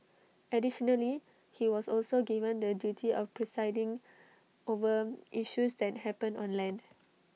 additionally he was also given the duty of presiding over issues that happen on land